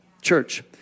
Church